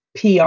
PR